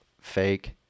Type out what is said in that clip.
fake